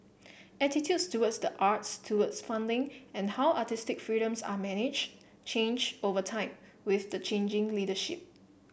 attitudes towards the arts towards funding and how artistic freedoms are manage change over time with the changing leadership